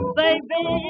baby